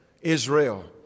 Israel